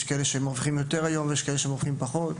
יש כאלה שמרוויחים יותר ויש כאלה שמרוויחים פחות.